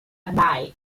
bay